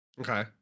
Okay